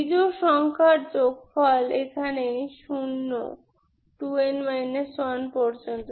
বিজোড় সংখ্যার যোগফল এখানে শূন্য 2n 1 পর্যন্ত